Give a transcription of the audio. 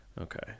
okay